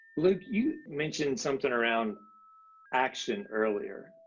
luke, you mentioned something around action earlier,